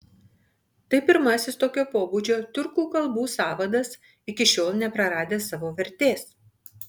tai pirmasis tokio pobūdžio tiurkų kalbų sąvadas iki šiol nepraradęs savo vertės